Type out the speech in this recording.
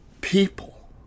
people